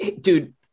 dude